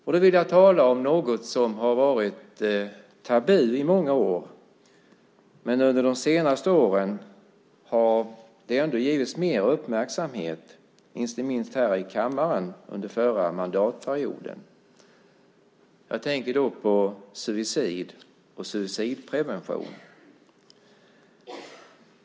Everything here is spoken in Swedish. Jag ska tala om något som har varit tabu i många år, men som under de senaste åren har givits mer uppmärksamhet - inte minst här i kammaren under den förra mandatperioden. Jag tänker på suicid och suicidprevention.